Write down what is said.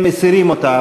הם מסירים אותה.